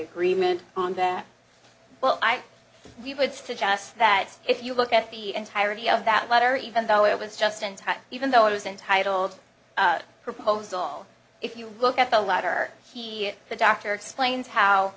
agreement on that well i would suggest that if you look at the and hire any of that letter even though it was just in time even though it was entitled proposal if you look at the latter he the doctor explains how